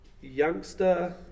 Youngster